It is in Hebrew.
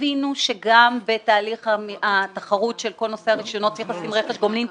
הבינו שגם בתהליך התחרות של כל נושא הרישיונות נכנס עם רכש גומלין,